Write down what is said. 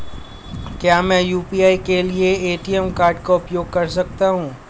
क्या मैं यू.पी.आई के लिए ए.टी.एम कार्ड का उपयोग कर सकता हूँ?